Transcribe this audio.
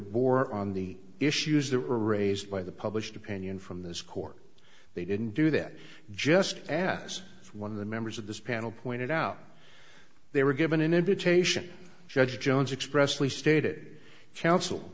bore on the issues that were raised by the published opinion from this court they didn't do that just ask one of the members of this panel pointed out they were given an invitation judge jones express